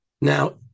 Now